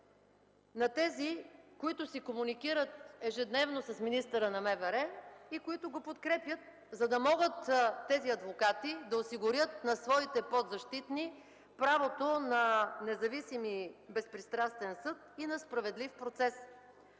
на тези, които си комуникират ежедневно с министъра на вътрешните работи и които го подкрепят, за да могат тези адвокати да осигурят на своите подзащитни правото на независим и безпристрастен съд и на справедлив процес.